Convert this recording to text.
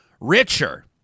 richer